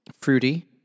fruity